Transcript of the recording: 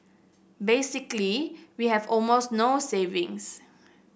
basically we have almost no savings